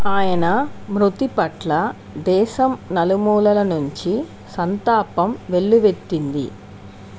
ఆయన మృతి పట్ల దేశం నలుమూలల నుంచి సంతాపం వెల్లువెత్తింది